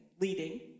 leading